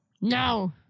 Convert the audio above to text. No